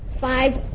five